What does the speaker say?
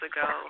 Ago